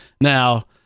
Now